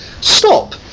stop